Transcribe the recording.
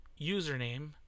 username